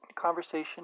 Conversation